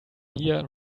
here